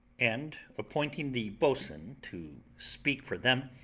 and appointing the boatswain to speak for them,